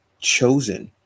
chosen